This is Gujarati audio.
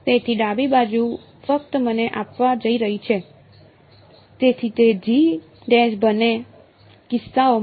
તેથી ડાબી બાજુ ફક્ત મને આપવા જઈ રહી છે તેથી તે G'